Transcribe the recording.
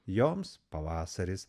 joms pavasaris